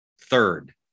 Third